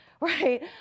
right